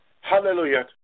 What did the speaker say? Hallelujah